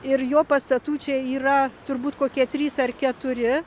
ir jo pastatų čia yra turbūt kokie trys ar keturi